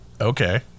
okay